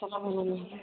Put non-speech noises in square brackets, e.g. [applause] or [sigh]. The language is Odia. ତମର [unintelligible]